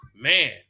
Man